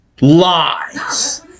Lies